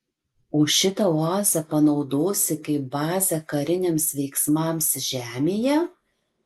o šitą oazę panaudosi kaip bazę kariniams veiksmams žemėje